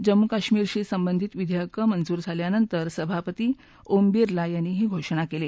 जम्मू कश्मीरशी संबंधित विधेयक मंजूर झाल्यानंतर सभापती ओम बिर्ला यांनी ही घोषणा केली